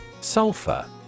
Sulfur